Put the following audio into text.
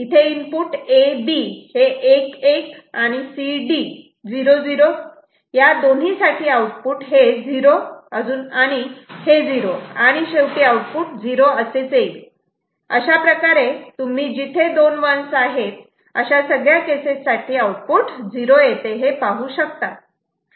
इथे input A B 1 1 आणि C D 0 0या दोन्हीसाठी आउटपुट हे 0 आणि हे 0 आणि शेवटी आउटपुट 0 असेच येईल अशाप्रकारे तुम्ही जिथे दोन 1's आहेत अशा सगळ्या केसेस साठी आउटपुट 0 येते हे पाहू शकतात